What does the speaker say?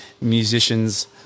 musicians